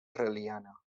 israeliana